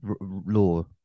law